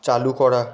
চালু করা